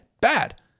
Bad